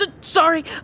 Sorry